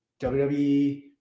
WWE